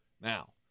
now